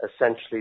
essentially